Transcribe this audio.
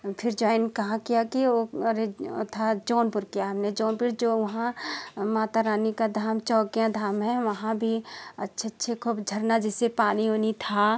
फिर जॉइन कहाँ किया कि वो अरे वो था जौनपुर किया हमने जौनपुर जो वहाँ मातारानी का धाम चौकिया था है वहाँ भी अच्छे अच्छे खूब झरना जैसे पानी उनी था